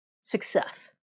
success